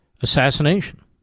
assassination